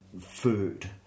food